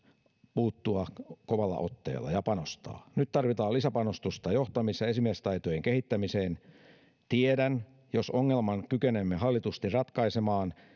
puuttua kovalla otteella ja panostaa nyt tarvitaan lisäpanostusta johtamis ja esimiestaitojen kehittämiseen tiedän että jos ongelman kykenemme hallitusti ratkaisemaan